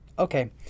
Okay